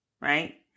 Right